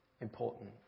important